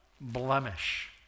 blemish